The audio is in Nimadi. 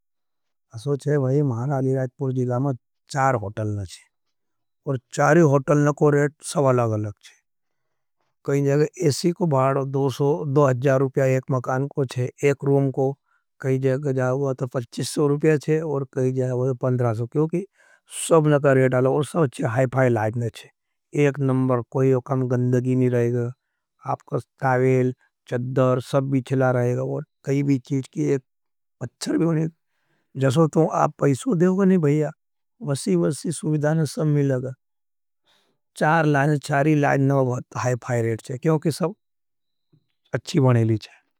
महाराली राजपूर जीगा में चार होटल नहीं छे, और चारी होटलने को रेट सब अलग अलग छे। कहीं जगह एसी को भाड़, दो हज्या रुप्या एक मकान को थे, एक रूम को, कहीं जगह जाएँ वातर पच्चिस सो रुप्या थे। और कहीं जगह वातर पंधरा सो, क्यों भी चीज़, कि एक पच्चर भी होने, जसो तो आप पैसो देओ गए नहीं भाईया। वसी वसी सुविधान सब मिल गए, चार लाज, चारी लाज नहीं होत, हाई फाय रेट छे, क्यों कि सब अच्छी बनेली छाए।